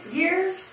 years